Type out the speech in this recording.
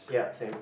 yup same